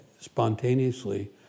spontaneously